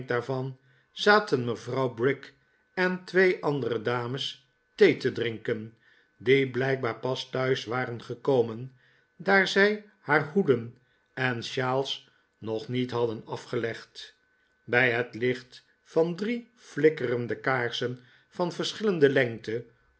zaten mevrouw brick en twee andere dames thee te drinken die blijkbaar pas thuis waren gekomen daar zij haar hoeden en shawls nog niet hadden afgelegd bij het licht van drie flikkerende kaarsen van verschillende lengte